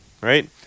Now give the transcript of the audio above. right